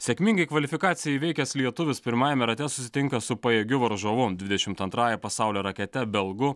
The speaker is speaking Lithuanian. sėkmingai kvalifikaciją įveikęs lietuvis pirmajame rate susitinka su pajėgiu varžovu dvidešimt antrąja pasaulio rakete belgu